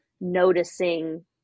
noticing